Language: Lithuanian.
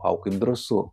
vau kaip drąsų